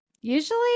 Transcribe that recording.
usually